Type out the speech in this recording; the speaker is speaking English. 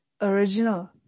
original